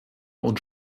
und